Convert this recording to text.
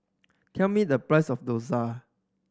tell me the price of dosa